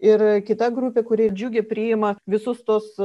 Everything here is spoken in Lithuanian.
ir kita grupė kuri džiugiai priima visus tuos